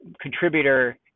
contributor